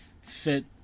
fit